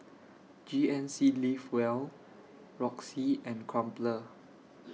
G N C Live Well Roxy and Crumpler